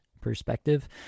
perspective